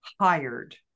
hired